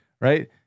right